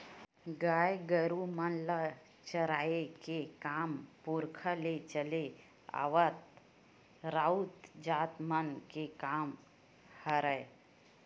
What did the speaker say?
गाय गरु मन ल चराए के काम पुरखा ले चले आवत राउत जात मन के काम हरय